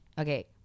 okay